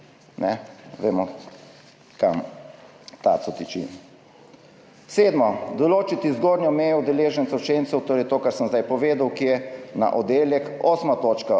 Vemo, kam taco moli. Sedma: določiti zgornjo mejo deleža učencev, torej to, kar sem zdaj povedal, ki je na oddelek. Osma točka: